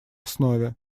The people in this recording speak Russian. основе